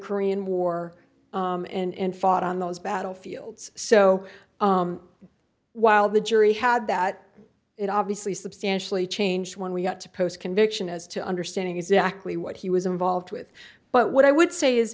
korean war and fought on those battlefields so while the jury had that it obviously substantially changed when we got to post conviction as to understanding exactly what he was involved with but what i would say is